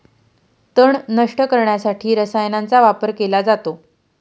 तण नष्ट करण्यासाठी रसायनांचा वापर केला जातो